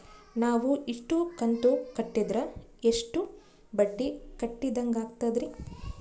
ನಾವು ಇಷ್ಟು ಕಂತು ಕಟ್ಟೀದ್ರ ಎಷ್ಟು ಬಡ್ಡೀ ಕಟ್ಟಿದಂಗಾಗ್ತದ್ರೀ?